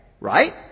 right